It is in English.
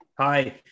Hi